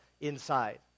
inside